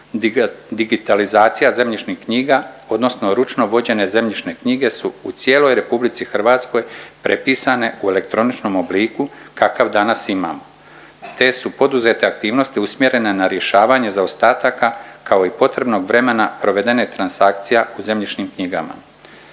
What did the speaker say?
digitalizacija zemljišnih knjiga, odnosno ručno vođene zemljišne knjige su u cijeloj Republici Hrvatskoj prepisane u elektroničnom obliku kakav danas imamo, te su poduzete aktivnosti usmjerene na rješavanje zaostataka kao i potrebnog vremena provedenih transakcija u zemljišnim knjigama.